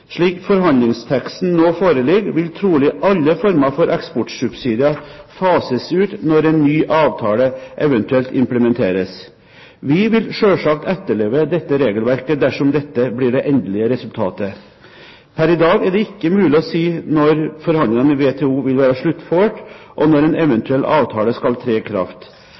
Slik forhandlingsteksten nå foreligger, vil trolig alle former for eksportsubsidier fases ut når en ny avtale eventuelt implementeres. Vi vil selvsagt etterleve dette regelverket dersom det blir det endelige resultatet. Per i dag er det ikke mulig å si når forhandlingene i WTO vil være sluttført og når en eventuell avtale skal tre i kraft.